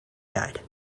died